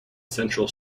central